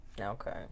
Okay